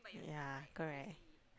yeah correct